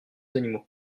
animaux